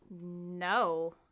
No